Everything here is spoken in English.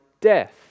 death